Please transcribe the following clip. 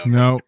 no